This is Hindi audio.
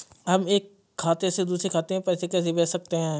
हम एक खाते से दूसरे खाते में पैसे कैसे भेज सकते हैं?